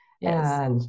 Yes